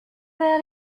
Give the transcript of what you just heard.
vers